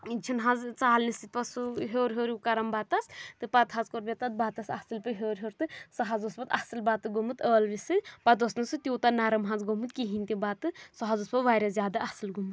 چھُ نہٕ حظ ژالنہِ سۭتۍ پَتہٕ سُہ ہیٚور ہیٚور ہُہ کَران بَتَس تہٕ پَتہٕ حظ کوٚر مےٚ تَتھ بَتَس اَصٕل پٲٹھۍ ہیٚور ہیٚور تہٕ سُہ حظ اوس پَتہٕ اَصٕل بَتہٕ گوٚومُت ٲلوٕ سۭتۍ پَتہٕ اوس نہٕ سُہ تیوٗتاہ نَرٕم گوٚمُت کہِنۍ تہِ بَتہٕ سُہ حظ اوس پَتہٕ واریاہ زیادٕ اَصٕل گوٚومُت